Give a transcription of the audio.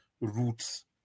roots